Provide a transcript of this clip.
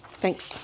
Thanks